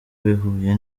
bihuye